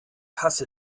hasse